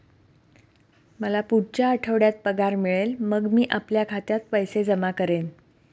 मला पुढच्या आठवड्यात पगार मिळेल मग मी आपल्या खात्यात पैसे जमा करेन